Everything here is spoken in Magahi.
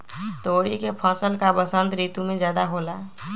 तोरी के फसल का बसंत ऋतु में ज्यादा होला?